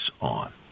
on